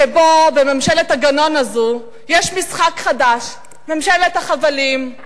שבה, בממשלת הגנון הזו יש משחק חדש, ממשלת החבלים.